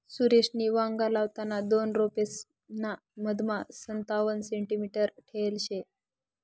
सुरेशनी वांगा लावताना दोन रोपेसना मधमा संतावण सेंटीमीटर ठेयल शे